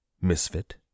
Misfit